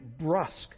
brusque